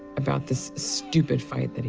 about this stupid fight